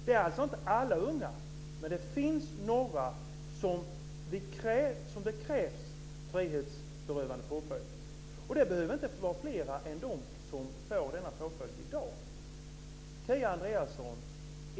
Det är alltså inte alla unga, men det finns några som det krävs frihetsberövande påföljder för. Det behöver inte vara fler än dem som får denna påföljd i dag. Kia Andreasson!